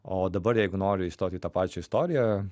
o dabar jeigu nori įstoti į tą pačią istoriją